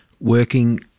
working